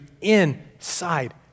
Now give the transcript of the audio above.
inside